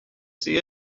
see